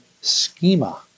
schema